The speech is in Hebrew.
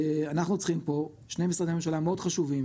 אנחנו צריכים פה שני משרדי ממשלה מאוד חשובים